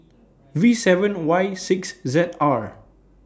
V seven Y six Z R